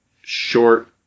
short